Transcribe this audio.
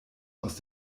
aus